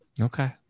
Okay